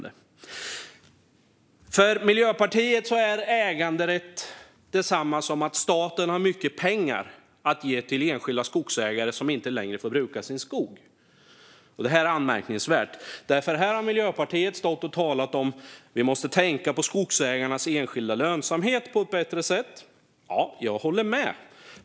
För Miljöpartiet är äganderätt detsamma som att staten har mycket pengar att ge till enskilda skogsägare som inte längre får bruka sin skog. Det är anmärkningsvärt. Här har Miljöpartiet stått och talat om att vi måste tänka på skogsägarnas enskilda lönsamhet på ett bättre sätt. Ja, jag håller med.